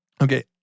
Okay